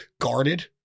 guarded